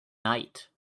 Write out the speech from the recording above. night